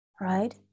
right